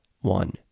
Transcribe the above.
one